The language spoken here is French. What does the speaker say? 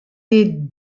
des